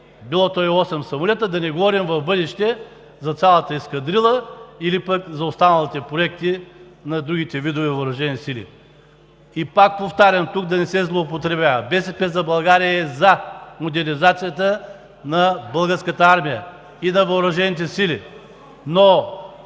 било то и осем самолета, да не говорим в бъдеще за цялата ескадрила или пък за останалите проекти на другите видове въоръжени сили. Пак повтарям, тук да не се злоупотребява – „БСП за България“ е за модернизацията на Българската армия и на въоръжените сили, но